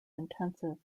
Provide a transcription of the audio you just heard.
intensive